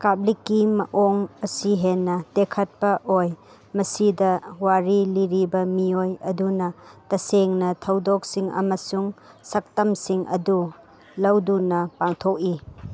ꯀꯥꯞꯂꯤꯛꯀꯤ ꯃꯑꯣꯡ ꯑꯁꯤ ꯍꯦꯟꯅ ꯇꯦꯛꯈꯠꯄ ꯑꯣꯏ ꯃꯁꯤꯗ ꯋꯥꯔꯤ ꯂꯤꯔꯤꯕ ꯃꯤꯑꯣꯏ ꯑꯗꯨꯅ ꯇꯁꯦꯡꯅ ꯊꯧꯗꯣꯛꯁꯤꯡ ꯑꯃꯁꯨꯡ ꯁꯛꯇꯝꯁꯤꯡ ꯑꯗꯨ ꯂꯧꯗꯨꯅ ꯄꯥꯡꯊꯣꯛꯏ